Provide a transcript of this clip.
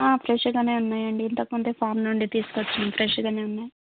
ఫ్రెష్గానే ఉన్నాయండి ఇంతకముందే ఫార్మ్ నుండి తీసుకొచ్చాము ఫ్రెష్గానే ఉన్నాయి